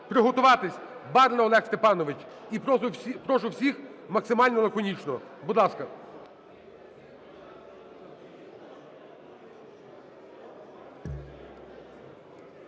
Приготуватися Барна Олег Степанович. І прошу всіх максимально лаконічно. Будь ласка.